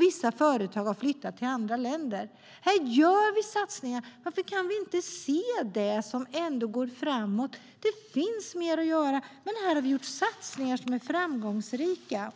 Vissa företag har flyttat till andra länder. Här gör vi satsningar. Varför kan vi inte se det som ändå går framåt? Det finns mer att göra, men här har vi gjort satsningar som är framgångsrika.